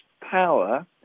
power